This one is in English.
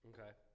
Okay